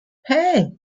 hey